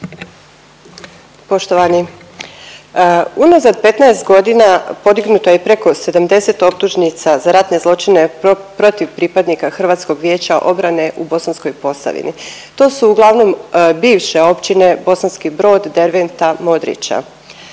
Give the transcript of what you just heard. Poštovani unazad 15 godina podignuto je preko 70 optužnica za ratne zločine protiv pripadnika Hrvatskog vijeća obrane u Bosanskoj Posavini. To su uglavnom bivše općine Bosanski Brod, Derventa, Modriča.